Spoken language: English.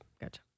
gotcha